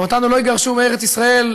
אותנו לא יגרשו מארץ ישראל,